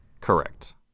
Correct